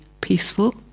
peaceful